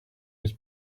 his